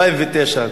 ב-2009,